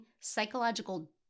psychological